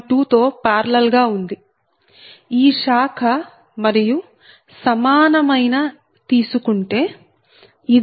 2 తో పార్లల్ గా ఉంది ఈ శాఖ మరియు సమానమైన 1 తీసుకుంటే ఇది j0